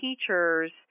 teachers